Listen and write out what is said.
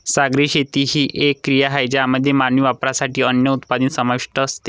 सागरी शेती ही एक क्रिया आहे ज्यामध्ये मानवी वापरासाठी अन्न उत्पादन समाविष्ट असते